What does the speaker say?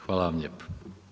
Hvala vam lijepo.